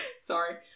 Sorry